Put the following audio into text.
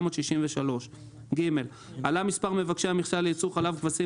1963. עלה מספר מבקשי מכסה לייצור חלב כבשים